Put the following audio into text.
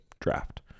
draft